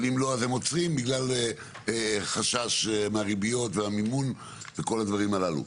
אבל אם לא אז הם עוצרים בגלל חשש מהריביות והמימון וכל הדברים הללו.